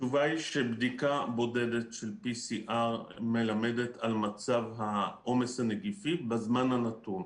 התשובה היא שבדיקה בודדת של PCR מלמדת על מצב העומס הנגיפי בזמן הנתון.